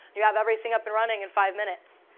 you have everything up and running in five minutes.